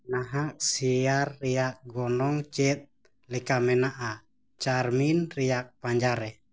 ᱱᱟᱦᱟᱜ ᱥᱮᱭᱟᱨ ᱨᱮᱭᱟᱜ ᱜᱚᱱᱚᱝ ᱪᱮᱫ ᱞᱮᱠᱟ ᱢᱮᱱᱟᱜᱼᱟ ᱪᱟᱨᱢᱤᱱ ᱨᱮᱭᱟᱜ ᱯᱟᱸᱡᱟ ᱨᱮ